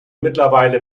mittlerweile